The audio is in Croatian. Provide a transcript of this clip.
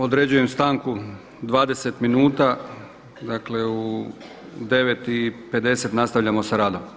Određujem stanku 20 minuta, dakle u 9,50 nastavljamo sa radom.